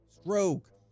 Stroke